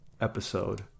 episode